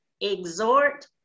exhort